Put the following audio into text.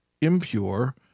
impure